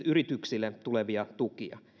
yrityksille tulevia tukia